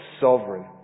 sovereign